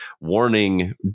warning